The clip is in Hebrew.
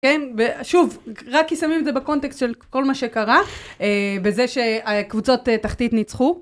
כן, ושוב רק כי שמים את זה בקונטקסט של כל מה שקרה בזה שהקבוצות תחתית ניצחו